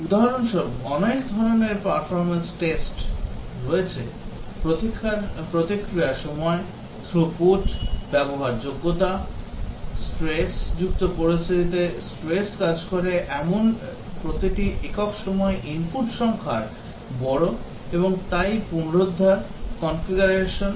উদাহরণস্বরূপ অনেক ধরণের পারফরম্যান্স টেস্ট রয়েছে প্রতিক্রিয়া সময় থ্রুপুট ব্যবহারযোগ্যতা স্ট্রেস যুক্ত পরিস্থিতিতে স্ট্রেস কাজ করে প্রতি একক সময়ে ইনপুট সংখ্যার বড় এবং তাই পুনরুদ্ধার কনফিগারেশন